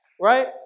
right